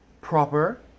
proper